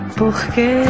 Porque